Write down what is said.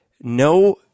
no